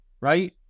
Right